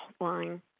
line